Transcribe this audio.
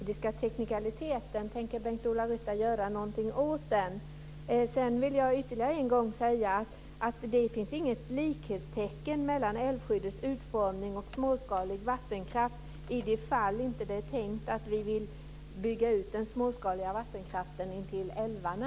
Fru talman! Vad anser då Bengt-Ola Ryttar om den juridiska teknikaliteten? Tänker Bengt-Ola Ryttar göra någonting åt den? Sedan vill jag ytterligare en gång säga att det inte finns något likhetstecken mellan älvskyddets utformning och småskalig vattenkraft i det fall det inte är tänkt att vi vill bygga ut den småskaliga vattenkraften intill älvarna.